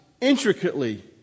intricately